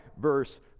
verse